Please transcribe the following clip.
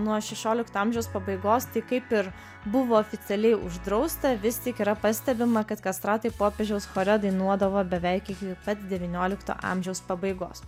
nuo šešiolikto amžiaus pabaigos tai kaip ir buvo oficialiai uždrausta vis tik yra pastebima kad kastratai popiežiaus chore dainuodavo beveik iki pat devyniolikto amžiaus pabaigos